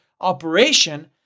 operation